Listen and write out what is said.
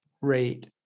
rate